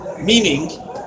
Meaning